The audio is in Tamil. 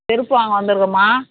செருப்பு வாங்க வந்துருக்கோம்மா